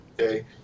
okay